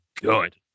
good